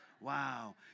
Wow